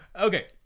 Okay